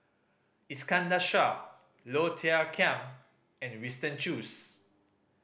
Iskandar Shah Low Thia Khiang and Winston Choos